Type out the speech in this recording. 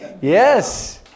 Yes